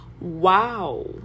wow